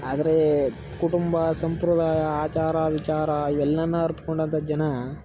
ಆದರೆ ಕುಟುಂಬ ಸಂಪ್ರದಾಯ ಆಚಾರ ವಿಚಾರ ಇವೆಲ್ಲ ಅರಿತ್ಕೊಂಡಂಥ ಜನ